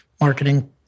marketing